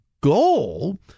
goal